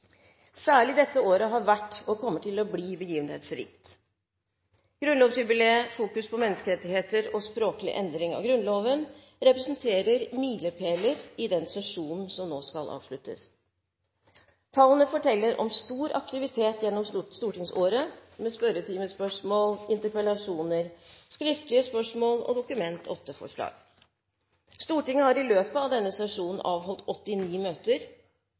Særlig dette året har vært, og kommer til å bli, begivenhetsrikt. Grunnlovsjubileet, fokus på menneskerettigheter og språklig endring av Grunnloven representerer milepæler i den sesjonen som nå skal avsluttes. Tallene forteller om stor aktivitet gjennom stortingsåret – med spørretimespørsmål, interpellasjoner, skriftlige spørsmål og Dokument 8-forslag. Stortinget har i løpet av denne sesjonen avholdt 89 møter.